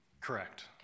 Correct